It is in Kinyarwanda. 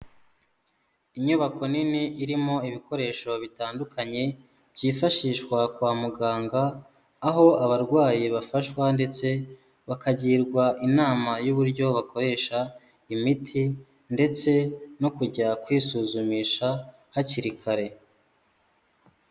Inyubako nini irimo ibikoresho bitandukanye byifashishwa kwa muganga, aho abarwayi bafashwa ndetse bakagirwa inama y'uburyo bakoresha imiti ndetse no kujya kwisuzumisha hakiri kare.